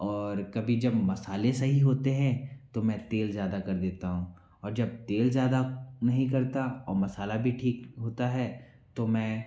और कभी जब मसाले सही होते हैं तो मैं तेल ज़्यादा कर देता हूँ और जब तेल ज़्यादा नहीं करता और मसाला भी ठीक होता है तो मैं